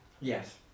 Yes